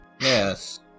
Yes